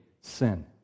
sin